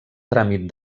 tràmit